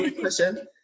question